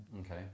okay